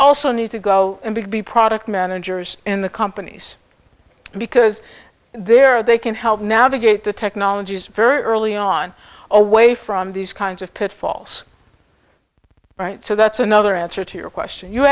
also need to go and be product managers in the companies because there they can help navigate the technologies very early on away from these kinds of pitfalls so that's another answer to your question you